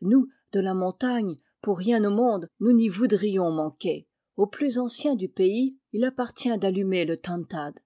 nous de la montagne pour rien au monde nous n'y voudrions manquer au plus ancien du pays il appartient d'allumer le tantad